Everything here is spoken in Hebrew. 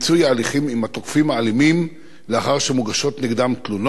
ההליכים עם התוקפים האלימים לאחר שמוגשות נגדם תלונות,